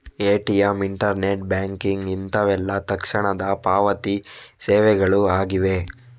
ATM, internet banking ಇಂತವೆಲ್ಲ ತಕ್ಷಣದ ಪಾವತಿ ಸೇವೆಗಳು ಆಗಿವೆ